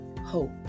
hope